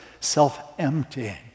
self-emptying